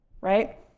right